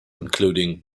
including